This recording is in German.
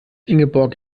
ingeborg